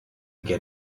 get